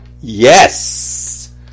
Yes